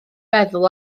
feddwl